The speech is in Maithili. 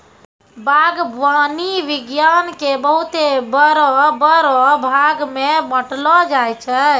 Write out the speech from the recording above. बागवानी विज्ञान के बहुते बड़ो बड़ो भागमे बांटलो जाय छै